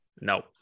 No